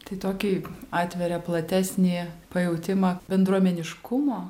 tai tokį atveria platesnį pajautimą bendruomeniškumo